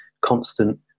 constant